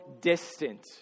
distant